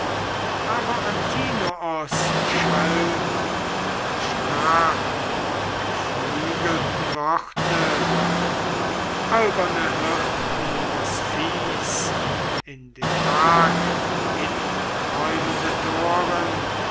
aber antinoos schalt und sprach die geflügelten worte alberne hirten des viehs in den tag hinträumende toren